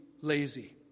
lazy